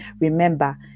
remember